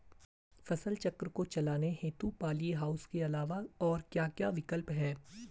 फसल चक्र को चलाने हेतु पॉली हाउस के अलावा और क्या क्या विकल्प हैं?